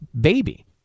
baby